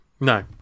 no